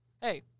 Hey